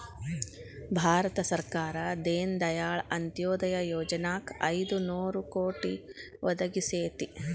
ಭಾರತ ಸರ್ಕಾರ ದೇನ ದಯಾಳ್ ಅಂತ್ಯೊದಯ ಯೊಜನಾಕ್ ಐದು ನೋರು ಕೋಟಿ ಒದಗಿಸೇತಿ